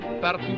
partout